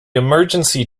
emergency